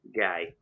guy